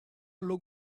look